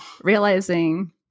realizing